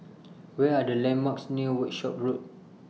Where Are The landmarks near Workshop Road